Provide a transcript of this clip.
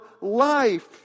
life